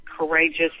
Courageous